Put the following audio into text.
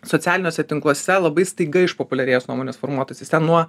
socialiniuose tinkluose labai staiga išpopuliarėjęs nuomonės formuotojais jis ten nuo